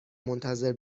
منتظر